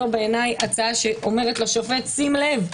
זו בעיניי הצעה שאומרת לשופט: שים לב,